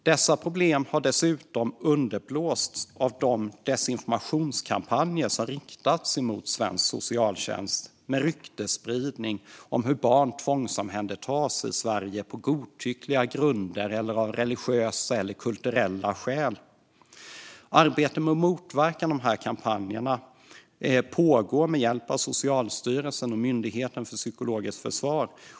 Dessa problem har dessutom underblåsts av de desinformationskampanjer som riktats mot svensk socialtjänst med ryktesspridning om hur barn tvångsomhändertas i Sverige på godtyckliga grunder eller av religiösa och kulturella skäl. Arbetet med att motverka dessa kampanjer pågår med hjälp av Socialstyrelsen och Myndigheten för psykologiskt försvar.